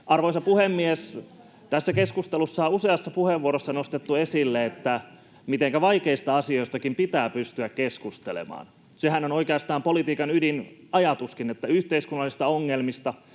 Arvoisa puhemies! Tässä keskustelussa on useassa puheenvuorossa nostettu esille, mitenkä vaikeistakin asioista pitää pystyä keskustelemaan. Sehän on oikeastaan politiikan ydinajatuskin, että yhteiskunnallisia ongelmia